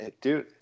Dude